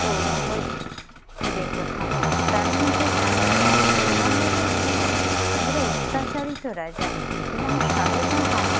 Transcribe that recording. ঔরঙ্গজেব এদের কথা তার মধ্যে জানি ঔরঙ্গজেব ছিলেন একবারে অত্যাচারিত রাজা এবং শাহজাহান